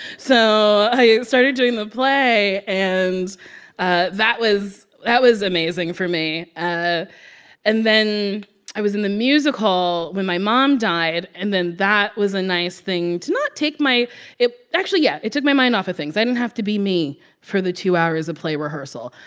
so i started doing the play, and ah that was that was amazing for me ah and then i was in the musical when my mom died. and then that was a nice thing to not take my it actually, yeah, it took my mind off of things. i didn't have to be me for the two hours of play rehearsal.